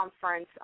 conference